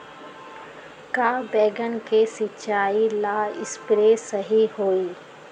का बैगन के सिचाई ला सप्रे सही होई?